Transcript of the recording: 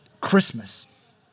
Christmas